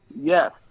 Yes